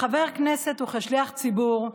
כחבר כנסת וכשליח ציבור,